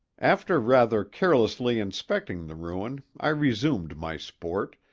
after rather carelessly inspecting the ruin i resumed my sport,